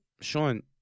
Sean